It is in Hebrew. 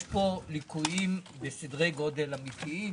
יש פה ליקויים בסדרי גודל אמיתיים.